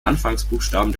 anfangsbuchstaben